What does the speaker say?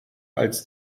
als